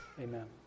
Amen